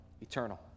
eternal